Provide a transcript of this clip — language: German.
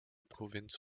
provinz